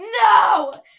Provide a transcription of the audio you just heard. no